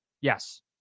Yes